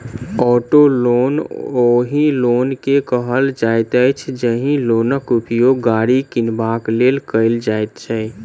auto loan ओहि loan के कहल जाइत अछि, जाहि लोनक उपयोग गाड़ी किनबाक लेल कयल जाइत छै